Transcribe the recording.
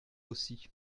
aussi